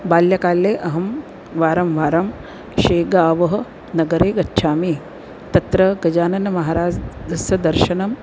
बाल्यकाले अहं वारं वारं शेगावः नगरे गच्छामि तत्र गजाननः महाराजस्य दर्शनं